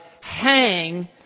hang